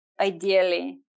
ideally